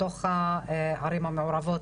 בתוך הערים המעורבות.